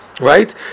right